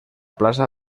plaça